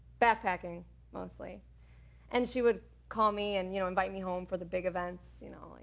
backpacking mostly and she would call me and you know, invite me home for the big events you know,